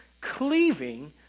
cleaving